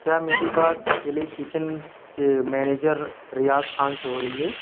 کیا میری بات کلے کچن کے مینجر ریاض خان سے ہو رہی ہے